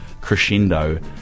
crescendo